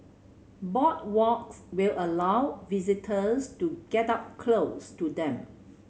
boardwalks will allow visitors to get up close to them